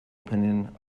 opinion